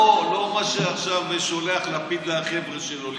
לא מה שעכשיו שולח לפיד לחבר'ה שלו,